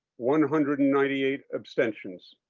one hundred and ninety eight abstentions.